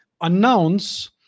announce